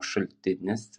šaltinis